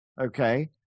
Okay